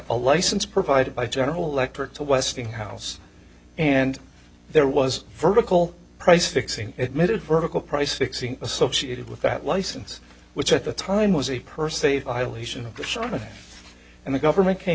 a license provided by general electric to westinghouse and there was vertical price fixing it made a vertical price fixing associated with that license which at the time was a per se violation of the shock of it and the government came